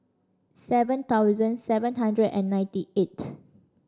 seven thousand seven hundred and ninety eighth